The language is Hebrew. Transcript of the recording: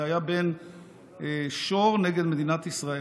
זה היה שור נ' מדינת ישראל,